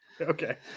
Okay